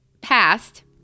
past